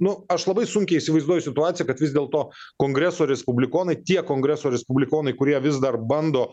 nu aš labai sunkiai įsivaizduoju situaciją kad vis dėlto kongreso respublikonai tiek kongreso respublikonai kurie vis dar bando